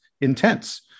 intense